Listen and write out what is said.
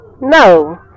No